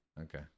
Okay